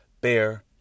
Bear